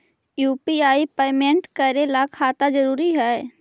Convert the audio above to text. UPI payment करे ला खाता जरूरी है?